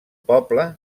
poble